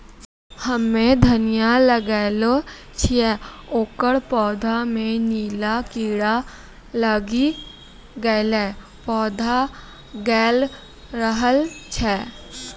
हम्मे धनिया लगैलो छियै ओकर पौधा मे नीला कीड़ा लागी गैलै पौधा गैलरहल छै?